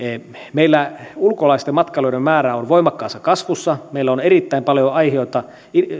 meillä ulkolaisten matkailijoiden määrä on voimakkaassa kasvussa meillä on erittäin paljon aihioita ja